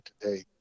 today